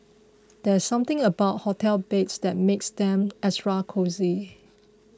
there's something about hotel beds that makes them extra cosy